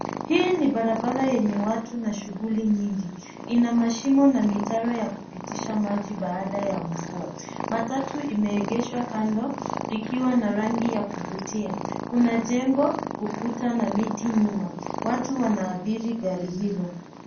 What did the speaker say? Hii ni barabara yenye watu na shughuli nyingi. Ina mashimo na mitaro ya kupitisha maji baada ya mvua. Matatu imeegeshwa kando ikiwa na rangi ya kuvutia. Kuna jengo, ukuta na miti nyuma. Watu wanaabiri gari hilo.